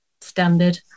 Standard